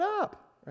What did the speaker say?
up